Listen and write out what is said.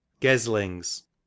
Geslings